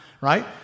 right